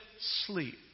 sleep